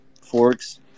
forks